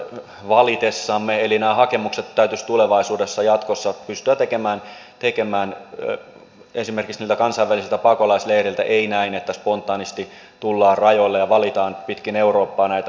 nämä hakemukset täytyisi tulevaisuudessa jatkossa pystyä tekemään esimerkiksi niiltä kansainvälisiltä pakolaisleireiltä ei näin että spontaanisti tullaan rajoille ja valitaan pitkin eurooppaa näitä maita